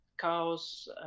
chaos